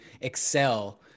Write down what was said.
excel